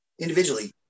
individually